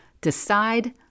decide